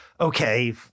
okay